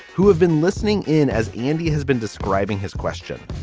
who have been listening in, as andy has been describing his question,